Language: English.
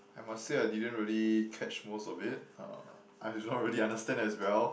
I must say I didn't really catch most of it uh I don't really understand as well